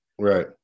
right